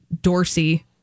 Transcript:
Dorsey